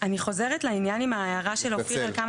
אני חוזרת לעניין עם ההערה של אופיר על כמה